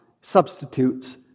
substitutes